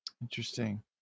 Interesting